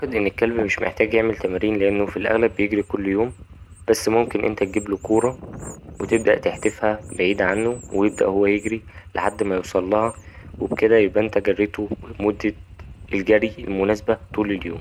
أعتقد إن الكلب مش محتاج يعمل تمرين لأنه في الأغلب بيجري كل يوم بس ممكن أنت تجيبله كورة وتبدأ تحدفها بعيد عنه ويبدأ هو يجري لحد ما يوصلها وبكده يبقى أنت جريته مدة الجري المناسبة طول اليوم.